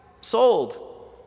sold